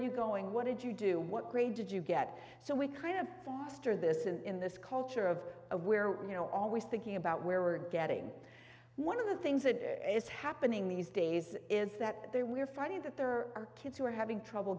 you going what did you do what grade did you get so we kind of foster this in this culture of where you know always thinking about where we're getting one of the things that is happening these days is that they we're finding that there are kids who are having trouble